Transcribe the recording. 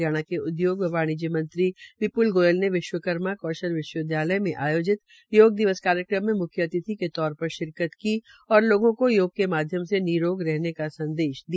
हरियाणा के उद्योग व वाणिज्य मंत्री विपुल गोयल ने विश्वकर्मा कौशल विश्वविद्यालय में आयोजित योग दिवस कार्यक्रम मे मुख्य अतिथि के तौर पर शिरकत की व लोगों को योग के माध्यम से नीरोग रहने का संदेश दिया